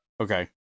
Okay